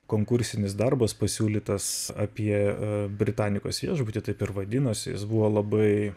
konkursinis darbas pasiūlytas apie britanikos viešbutį taip ir vadinosi jis buvo labai